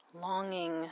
Longing